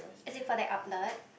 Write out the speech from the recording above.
as in for the outlet